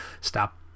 Stop